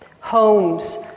Homes